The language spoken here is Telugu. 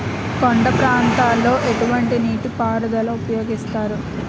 కొండ ప్రాంతాల్లో ఎటువంటి నీటి పారుదల ఉపయోగిస్తారు?